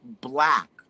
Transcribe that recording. black